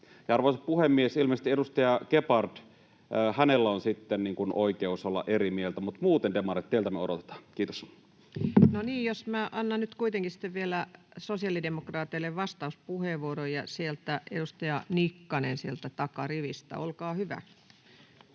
Arvoisa puhemies! Ilmeisesti edustaja Gebhardilla on sitten oikeus olla eri mieltä, mutta muuta, demarit, teiltä me odotetaan. — Kiitos. No niin, jos minä annan nyt kuitenkin vielä sosiaalidemokraateille vastauspuheenvuoroja. — Edustaja Nikkanen sieltä takarivistä, olkaa hyvä.